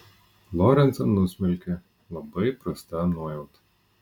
lorencą nusmelkė labai prasta nuojauta